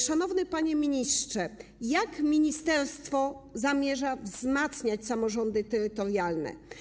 Szanowny panie ministrze, jak ministerstwo zamierza wzmacniać samorządy terytorialne?